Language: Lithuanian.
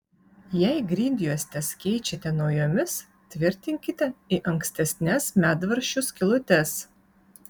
jei grindjuostes keičiate naujomis tvirtinkite į ankstesnes medvaržčių skylutes